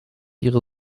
ihre